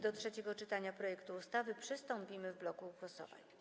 Do trzeciego czytania projektu ustawy przystąpimy w bloku głosowań.